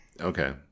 Okay